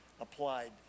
applied